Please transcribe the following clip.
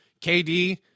KD